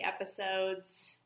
episodes